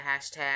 hashtag